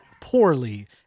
poorly